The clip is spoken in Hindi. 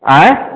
अएँ